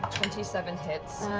twenty seven hits.